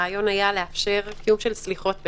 הרעיון היה לאפשר קיום של סליחות,